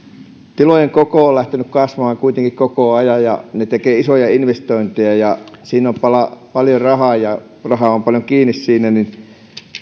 tilojen koko on lähtenyt kasvamaan koko ajan ja ne tekevät isoja investointeja ja siinä on paljon rahaa kiinni